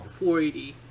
480